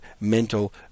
mental